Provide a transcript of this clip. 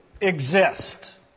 exist